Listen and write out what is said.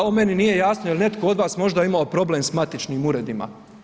Evo meni nije jasno jel' netko od vas možda imao problem sa matičnim uredima.